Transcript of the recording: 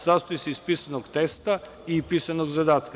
Sastoji se iz pisanog testa i pisanog zadatka.